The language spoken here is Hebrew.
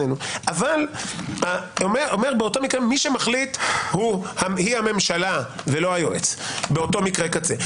אבל אומר: מי שמחליט היא הממשלה ולא היועץ באותו מקרה קצה.